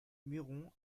muiron